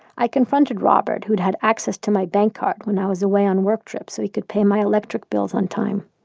i confronted robert who had access to my bank card when i was away on work trips so he could pay my electric bills on time.